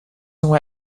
soon